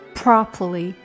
properly